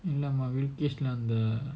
இல்லமா:illama weekdays lah அது:athu